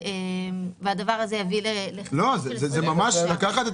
והדבר הזה יביא ל --- זה ממש לקחת את